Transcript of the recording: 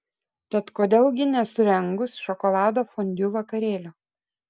tad kodėl gi nesurengus šokolado fondiu vakarėlio